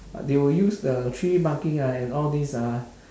they will use the three marking ah and all this ah